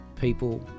people